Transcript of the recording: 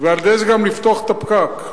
ועל-ידי זה גם לפתוח את הפקק.